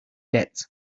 debts